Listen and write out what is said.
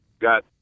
got